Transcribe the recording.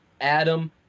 Adam